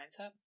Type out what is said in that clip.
mindset